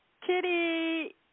Kitty